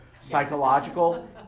psychological